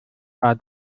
war